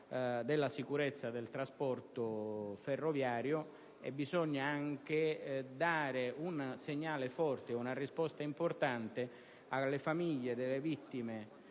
della sicurezza del trasporto ferroviario oltre che dare un segnale forte, una risposta importante alle famiglie delle vittime